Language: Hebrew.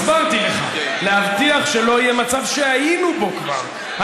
הסברתי לך: להבטיח שלא יהיה מצב שהיינו בו כבר.